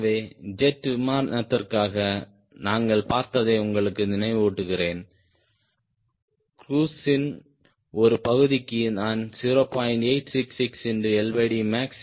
ஆகவே ஜெட் விமானத்திற்காக நாங்கள் பார்த்ததை உங்களுக்கு நினைவூட்டுகிறேன் க்ரூஸின் ஒரு பகுதிக்கு நான் 0